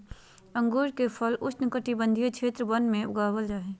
अंगूर के फल उष्णकटिबंधीय क्षेत्र वन में उगाबल जा हइ